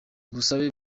ubusabe